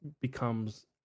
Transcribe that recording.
becomes